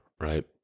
right